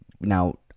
now